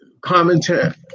commentary